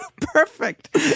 Perfect